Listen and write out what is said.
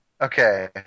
Okay